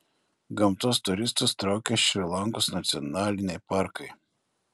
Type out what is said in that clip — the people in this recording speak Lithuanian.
gamtos turistus traukia šri lankos nacionaliniai parkai